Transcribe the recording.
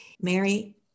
Mary